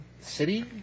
city